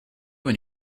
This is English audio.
when